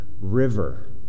river